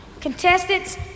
Contestants